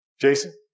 Jason